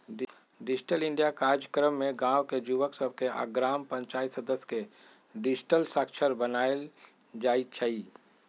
digital India काजक्रम में गाम के जुवक सभके आऽ ग्राम पञ्चाइत सदस्य के डिजिटल साक्षर बनाएल जाइ छइ